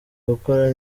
gukora